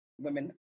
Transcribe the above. women